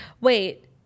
Wait